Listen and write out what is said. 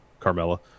Carmella